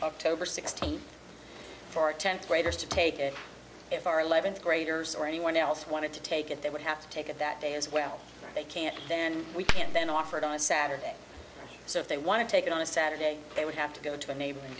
october sixteenth for our tenth graders to take it if our eleventh graders or anyone else wanted to take it they would have to take it that day as well they can't then we can't then offered on a saturday so if they want to take it on a saturday they would have to go to a neighboring